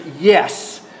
yes